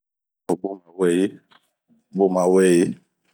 Bun aweyi, bun maweyi.